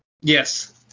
Yes